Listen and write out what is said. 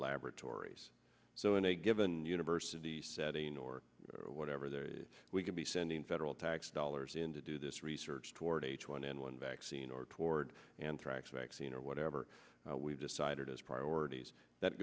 laboratories so in a given university setting or whatever there is we could be sending federal tax dollars in to do this research toward h one n one vaccine or toward anthrax vaccine or whatever we've decided as priorities that